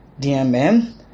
DMM